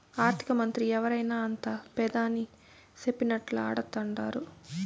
ఆర్థికమంత్రి ఎవరైనా అంతా పెదాని సెప్పినట్లా ఆడతండారు